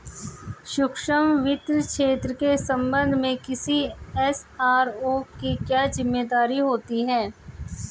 सूक्ष्म वित्त क्षेत्र के संबंध में किसी एस.आर.ओ की क्या जिम्मेदारी होती है?